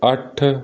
ਅੱਠ